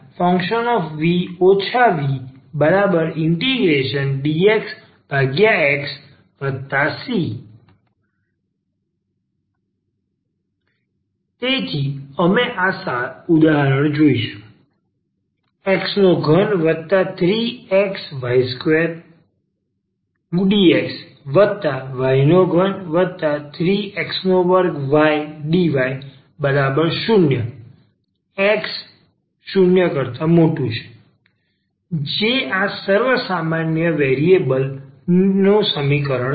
dvfv vdxxc તેથી અમે આ ઉદાહરણ જોઈશું x33xy2dxy33x2ydy0x0 જે આ સર્વસામાન્ય વિવેરિએબલ ન સમીકરણ છે